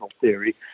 theory